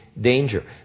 danger